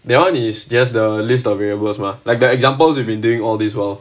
that [one] is just the list of variables mah like the examples you've been doing all this while